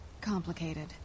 complicated